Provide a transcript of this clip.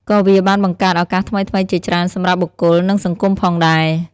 ក៏វាបានបង្កើតឱកាសថ្មីៗជាច្រើនសម្រាប់បុគ្គល និងសង្គមផងដែរ។